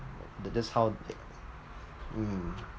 tha~ that's how the mm